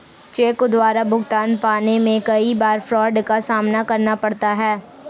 check द्वारा भुगतान पाने में कई बार फ्राड का सामना करना पड़ता है